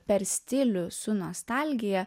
per stilių su nostalgija